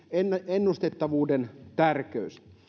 ennustettavuuden tärkeyden